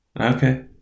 Okay